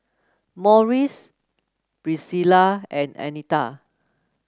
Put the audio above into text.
Morris Pricilla and Anita